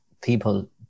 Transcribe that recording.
people